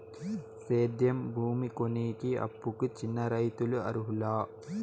సేద్యం భూమి కొనేకి, అప్పుకి చిన్న రైతులు అర్హులా?